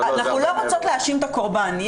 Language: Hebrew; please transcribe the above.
אנחנו לא רוצות להאשים את הקורבן.